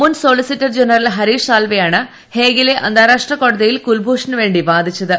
മുൻ solicitor general Harish സാൽവെയാണ് ഹേഗിലെ അന്താരാഷ്ട്ര കോടതിയിൽ കുൽഭൂഷനു വേണ്ടി വാദിച്ചത്